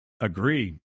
agree